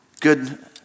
good